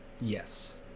Yes